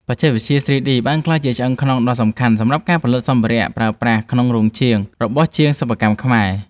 បច្ចេកវិទ្យា 3D បានក្លាយជាឆ្អឹងខ្នងដ៏សំខាន់សម្រាប់ការផលិតសម្ភារៈប្រើប្រាស់ក្នុងរោងជាងរបស់ជាងសិប្បកម្មខ្មែរ។